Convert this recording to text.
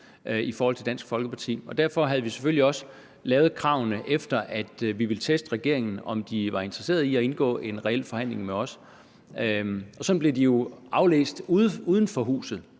for Dansk Folkeparti. Og derfor havde vi selvfølgelig også lavet kravene ud fra at ville teste regeringen, om den var interesseret i at indgå en reel forhandling med os. Og kravene blev jo aflæst sådan uden for huset,